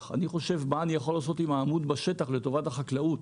בשטח; אני חושב: "מה אני יכול לעשות עם העמוד בשטח לטובת החקלאות?".